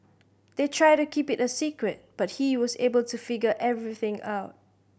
they tried to keep it a secret but he was able to figure everything out